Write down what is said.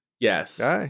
Yes